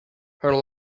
her